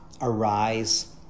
arise